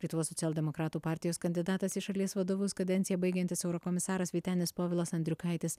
lietuvos socialdemokratų partijos kandidatas į šalies vadovus kadenciją baigiantis eurokomisaras vytenis povilas andriukaitis